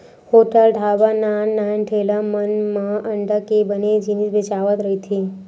hotel, ढ़ाबा, नान नान ठेला मन म अंडा के बने जिनिस बेचावत रहिथे